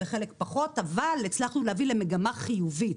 בחלק פחות אבל הצלחנו להביא למגמה חיובית,